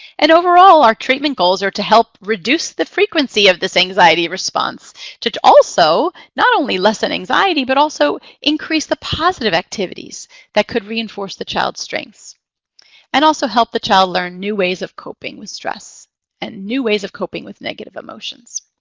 and overall, our treatment goals are to help reduce the frequency of this anxiety response to to also not only lessen anxiety, but also increase the positive activities that could reinforce the child's strengths and also help the child learn new ways of coping with stress and new ways of coping with negative emotions.